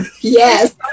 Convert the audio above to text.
Yes